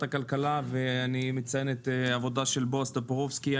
הכלכלה ואני מציין את העבודה של בועז טופורובסקי.